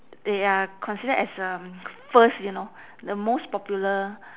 they are considered as um first you know the most popular